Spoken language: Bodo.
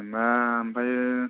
जेनबा ओमफायो